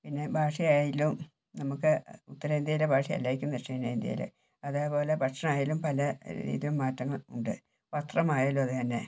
പിന്നെ ഭാഷയായാലും നമുക്ക് ഉത്തരേന്ത്യയിലെ ഭാഷയല്ലായിരിക്കും ദക്ഷിണേന്ത്യയിലെ അതേപോലെ ഭക്ഷണം ആയാലും പല ഇതിലും മാറ്റങ്ങൾ ഉണ്ട് വസ്ത്രം ആയാലും അത് തന്നെ